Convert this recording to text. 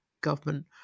government